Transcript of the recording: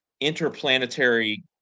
interplanetary